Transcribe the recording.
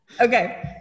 Okay